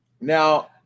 Now